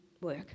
work